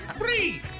free